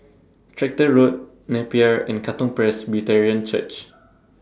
Tractor Road Napier and Katong Presbyterian Church